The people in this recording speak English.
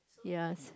ya